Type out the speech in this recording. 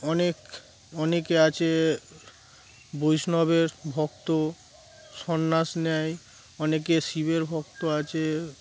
অনেক অনেকে আছে বৈষ্ণবের ভক্ত সন্ন্যাস নেয় অনেকে শিবের ভক্ত আছে